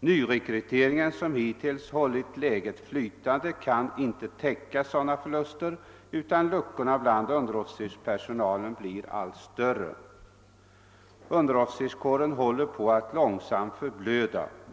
Nyrekryteringen som hittills hållit läget flytande kan inte täcka sådana förluster utan luckorna bland underofficerspersonalen blir allt större. Underofficerskåren håller på att långtsamt förblöda.